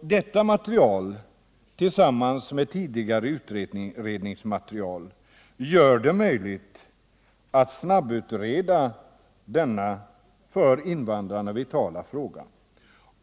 Detta material, tillsammans med tidigare utredningsmaterial, gör det möjligt att snabbutreda denna för invandrarna vitala fråga.